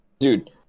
Dude